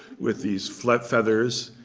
with these feathers.